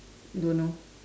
don't know